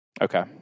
okay